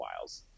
Wiles